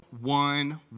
one